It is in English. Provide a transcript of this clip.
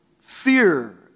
fear